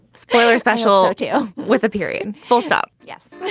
spoiler special do with a period full stop. yes,